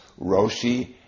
Roshi